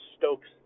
Stokes